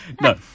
No